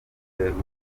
ubukungu